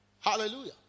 hallelujah